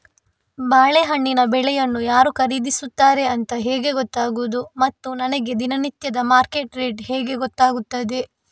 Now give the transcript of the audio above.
ಬಾಳೆಹಣ್ಣಿನ ಬೆಳೆಯನ್ನು ಯಾರು ಖರೀದಿಸುತ್ತಾರೆ ಅಂತ ಹೇಗೆ ಗೊತ್ತಾಗುವುದು ಮತ್ತು ನನಗೆ ದಿನನಿತ್ಯದ ಮಾರ್ಕೆಟ್ ರೇಟ್ ಹೇಗೆ ಗೊತ್ತಾಗುತ್ತದೆ?